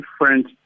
different